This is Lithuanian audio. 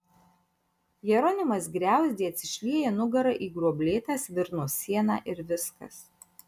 jeronimas griauzdė atsišlieja nugara į gruoblėtą svirno sieną ir viskas